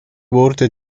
wurde